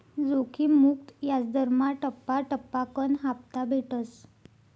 जोखिम मुक्त याजदरमा टप्पा टप्पाकन हापता भेटस